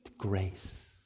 Grace